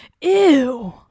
ew